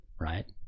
right